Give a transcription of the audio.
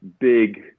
big